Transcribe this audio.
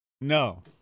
No